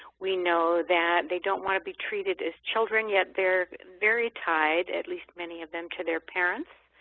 we know that they don't want to be treated as children, yet they're very tied, at least many of them, to their parents.